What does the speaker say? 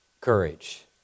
courage